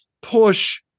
push